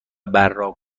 براق